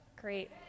Great